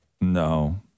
No